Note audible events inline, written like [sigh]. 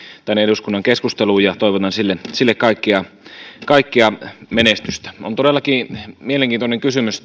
tänne eduskunnan keskusteluun ja toivotan sille sille kaikkea menestystä on todellakin mielenkiintoinen kysymys [unintelligible]